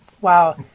wow